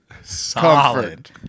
solid